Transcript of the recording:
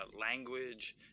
language